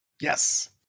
Yes